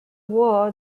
war